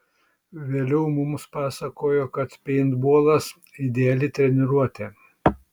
vėliau mums pasakojo kad peintbolas ideali treniruotė